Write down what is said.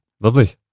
Lovely